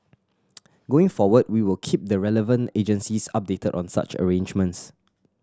going forward we will keep the relevant agencies updated on such arrangements